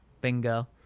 Bingo